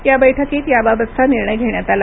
या बैठकीत याबाबतचा निर्णय घेण्यात आला